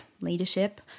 leadership